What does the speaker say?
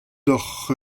deocʼh